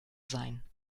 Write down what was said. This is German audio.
sein